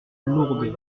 lourdes